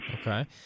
Okay